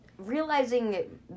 Realizing